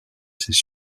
ses